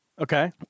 Okay